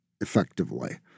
effectively